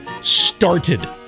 started